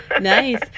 Nice